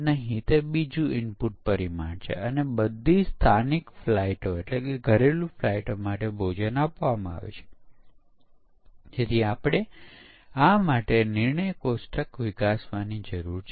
અહીં વિવિધ તબક્કાઓ વચ્ચે સ્પષ્ટ સીમાંકન છે અને જ્યારે એક તબક્કો અટકે છે ત્યારે આગળનો તબક્કો શરૂ થાય છે